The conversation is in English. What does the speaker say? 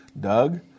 Doug